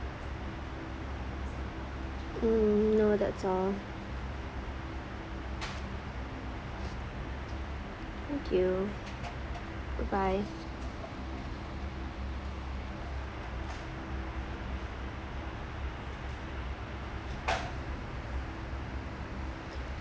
hmm no that's all thank you bye bye